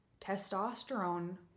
testosterone